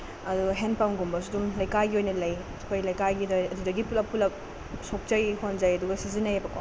ꯑꯗꯨꯒ ꯍꯦꯟ ꯄꯝꯒꯨꯝꯕꯁꯨ ꯑꯗꯨꯝ ꯂꯩꯀꯥꯏꯒꯤ ꯑꯣꯏꯅ ꯂꯩ ꯑꯩꯈꯣꯏ ꯂꯩꯀꯥꯏꯒꯤ ꯂꯩ ꯑꯗꯨꯗꯒꯤ ꯄꯨꯂꯞ ꯄꯨꯂꯞ ꯁꯣꯛꯆꯩ ꯍꯣꯟꯖꯩ ꯑꯗꯨꯒ ꯁꯤꯖꯤꯟꯅꯩꯑꯕꯀꯣ